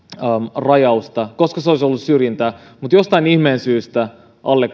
rajausta koska se olisi ollut syrjintää mutta jostain ihmeen syystä alle